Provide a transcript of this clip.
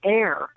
air